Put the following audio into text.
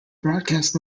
broadcast